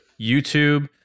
YouTube